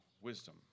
wisdom